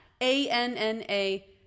A-N-N-A